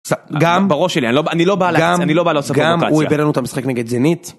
גם בראש שלי אני לא אני לא בא לזה אני לא בא לזה גם הוא הבאנו את המשחק נגד זינית.